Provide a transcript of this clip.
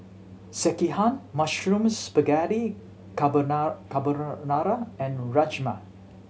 Sekihan Mushroom Spaghetti Carbonara and Rajma